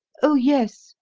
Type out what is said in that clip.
oh, yes,